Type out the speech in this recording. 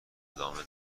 ادامه